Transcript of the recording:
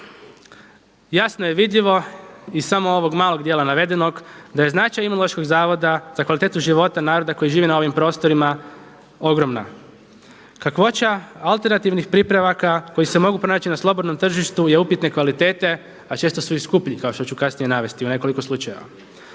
Jasno je vidljivo iz samo ovog malog dijela navedenog da je značaj Imunološkog zavoda za kvalitetu života naroda koji žive na ovim prostorima ogromna. Kakvoća alternativnih pripravaka koji se mogu pronaći na slobodnom tržištu je upitne kvalitete, a često su i skuplji kao što ću kasnije navesti u nekoliko slučajeva.